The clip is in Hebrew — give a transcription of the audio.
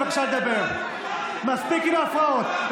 מספיק עם הפרעות.